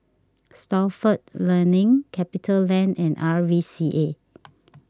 Stalford Learning CapitaLand and R V C A